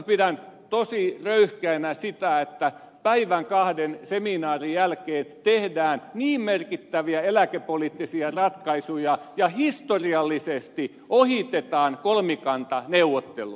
pidän tosi röyhkeänä sitä että päivän kahden seminaarin jälkeen tehdään niin merkittäviä eläkepoliittisia ratkaisuja ja historiallisesti ohitetaan kolmikantaneuvottelut